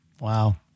Wow